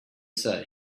say